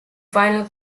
final